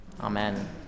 amen